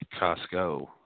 Costco